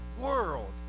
world